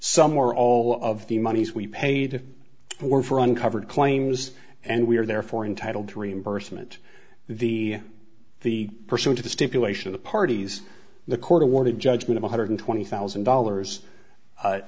somewhere all of the monies we paid for for uncovered claims and we are therefore entitled to reimbursement the the person to the stipulation of the parties the court awarded judgment one hundred twenty thousand dollars i